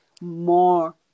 more